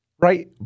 Right